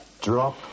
Drop